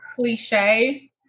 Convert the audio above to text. Cliche